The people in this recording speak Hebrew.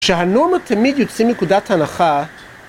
‫כשהנורמות תמיד יוצאים ‫מנקודת ההנחה...